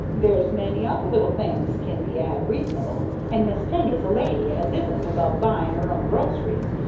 there's many other little things can be ad reasonable, and miss penny's a lady as isn't above buying er own groceries,